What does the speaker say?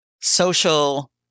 social